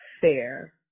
fair